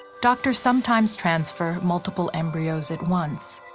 doctors sometimes transfer multiple embryos at once,